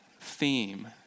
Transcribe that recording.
theme